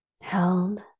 Held